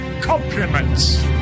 compliments